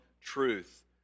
truth